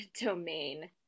domain